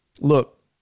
Look